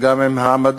וגם עם העמדות,